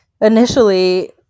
initially